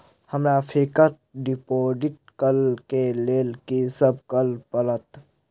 हमरा fix deposit करऽ केँ लेल की सब करऽ पड़त?